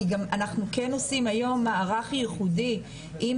כי אנחנו גם כן עושים היום מערך ייחודי עם